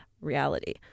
reality